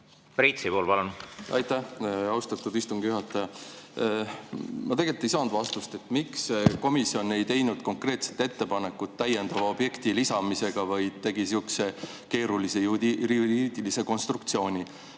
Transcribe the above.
Priit Sibul, palun! Aitäh, austatud istungi juhataja! Ma tegelikult ei saanud vastust, miks komisjon ei teinud konkreetset ettepanekut täiendava objekti lisamiseks, vaid tegi sihukese keerulise juriidilise konstruktsiooni.